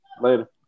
Later